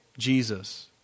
Jesus